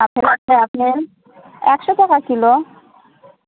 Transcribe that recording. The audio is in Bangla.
আপেল আছে আপেল একশো টাকা কিলো